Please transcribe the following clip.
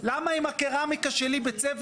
למה אם הקרמיקה שלי במסעדה היא בצבע